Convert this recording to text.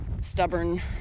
stubborn